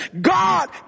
God